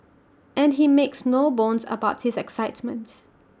and he makes no bones about his excitements